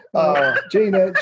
Gina